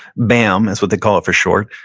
bam is what they call it for short.